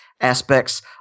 aspects